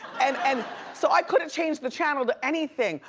and and so i couldn't change the channel to anything,